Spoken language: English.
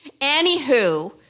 Anywho